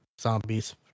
zombies